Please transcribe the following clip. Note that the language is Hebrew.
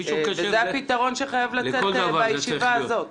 שזה הפתרון שחייב לצאת מהישיבה הזאת.